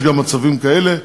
יש גם מצבים כאלה,